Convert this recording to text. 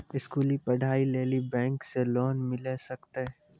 स्कूली पढ़ाई लेली बैंक से लोन मिले सकते?